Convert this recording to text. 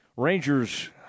Rangers